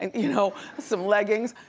you know, some leggings,